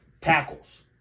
Tackles